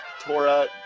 Torah